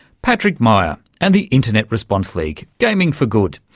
patrick meier and the internet response league, gaming for good,